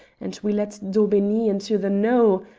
and we let daubeney into the know.